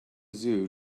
zoo